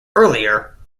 earlier